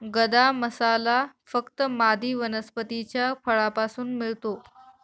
गदा मसाला फक्त मादी वनस्पतीच्या फळापासून मिळतो